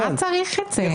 לשם מה צריך את זה?